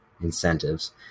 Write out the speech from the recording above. incentives